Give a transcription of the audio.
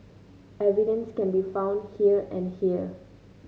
evidence can be found here and here